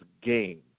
game